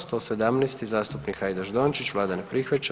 117. zastupnik Hajdaš Dončić, vlada ne prihvaća.